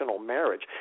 marriage